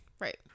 Right